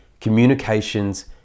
communications